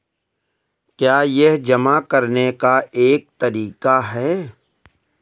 क्या यह जमा करने का एक तरीका है?